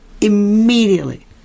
Immediately